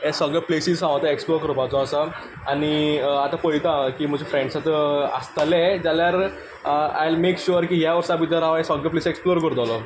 हे सगळे प्लेसीस हांव आतां एक्सप्लोर करपाचो आसा आनी आतां पळयतां की म्हजे फ्रेंड्स आसतले जाल्यार आय्ल मेक श्युअर की ह्या वर्सां भितर हांव हे सगळे प्लेसीस एक्सप्लोर करतलों